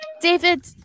David